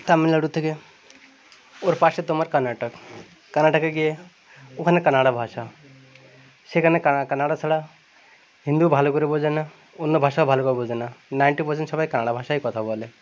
তামিলনাড়ুর থেকে ওর পাশে তোমার কর্ণাটক কর্ণাটকে গিয়ে ওখানে কন্নড় ভাষা সেখানে কন্নড় ছাড়া হিন্দিও ভালো করে বোঝে না অন্য ভাষাও ভালো ভাবে বোঝে না নাইনটি পার্সেন্ট সবাই কন্নড় ভাষায়ই কথা বলে